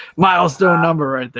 milestone number